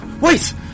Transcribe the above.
wait